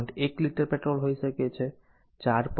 1 litre petrol હોઈ શકે છે 4